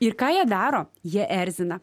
ir ką jie daro jie erzina